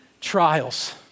trials